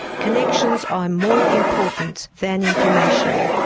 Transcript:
connections are more important than information.